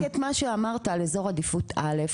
זה מחזק את מה שאמרת על אזור עדיפות א'